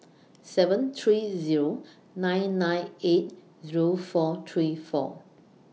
seven three Zero nine nine eight Zero four three four